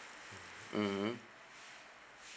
mmhmm